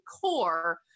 core